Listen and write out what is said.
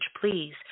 please